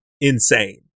insane